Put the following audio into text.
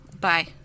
Bye